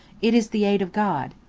it is the aid of god.